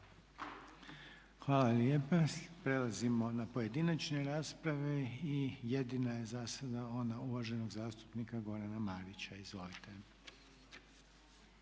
Hvala lijepa. Prelazimo na pojedinačne rasprave. Jedina je zasada ona uvaženog zastupnika Gorana Marića, izvolite.